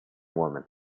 woman